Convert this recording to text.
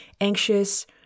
anxious